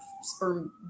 sperm